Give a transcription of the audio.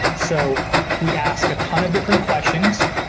so we asked a ton of different questions,